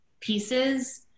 pieces